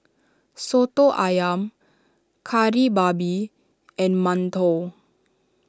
Soto Ayam Kari Babi and Mantou